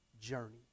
journey